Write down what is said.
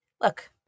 look